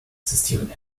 existieren